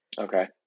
okay